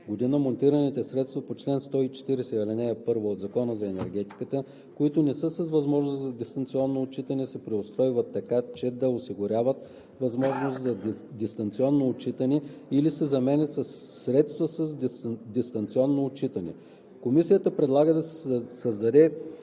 г. монтираните средства по чл. 140, ал. 1 от Закона за енергетиката, които не са с възможност за дистанционно отчитане, се преустройват така, че да осигуряват възможност за дистанционно отчитане, или се заменят със средства с дистанционно отчитане.“ Комисията предлага да се създаде